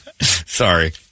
Sorry